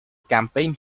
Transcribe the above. campaign